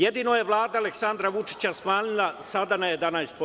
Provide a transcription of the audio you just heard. Jedino je Vlada Aleksandra Vučića smanjila sada na 11%